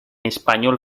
español